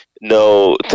No